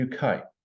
UK